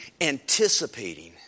anticipating